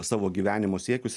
savo gyvenimo siekius